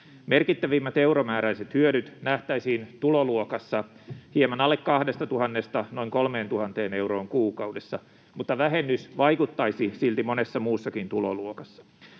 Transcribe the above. Merkittävimmät euromääräiset hyödyt nähtäisiin tuloluokassa hieman alle 2 000:sta noin 3 000 euroon kuukaudessa, mutta vähennys vaikuttaisi silti monessa muussakin tuloluokassa.